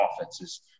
offenses